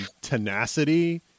tenacity